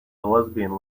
lesbian